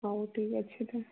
ହଉ ଠିକ୍ ଅଛି